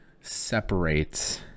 separates